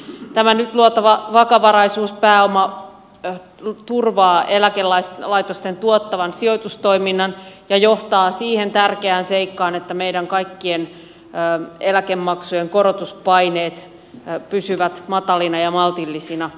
tämä nyt luotava vakavaraisuuspääoma turvaa eläkelaitosten tuottavan sijoitustoiminnan ja johtaa siihen tärkeään seikkaan että meidän kaikkien eläkemaksujen korotuspaineet pysyvät matalina ja maltillisina